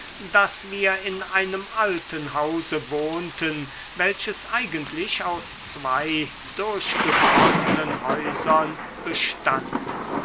daß wir in einem alten hause wohnten welches eigentlich aus zwei durchgebrochenen häusern bestand